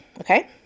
okay